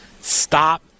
stop